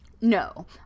No